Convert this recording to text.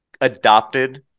adopted